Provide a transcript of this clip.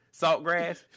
Saltgrass